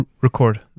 Record